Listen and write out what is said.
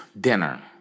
dinner